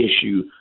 issue